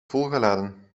volgeladen